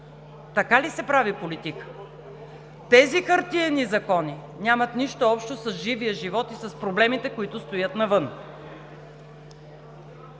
Така ли се прави политика? Тези хартиени закони нямат нищо общо с живия живот и с проблемите, които стоят навън.